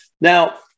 Now